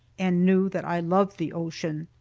and knew that i loved the ocean.